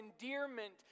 endearment